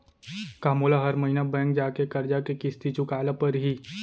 का मोला हर महीना बैंक जाके करजा के किस्ती चुकाए ल परहि?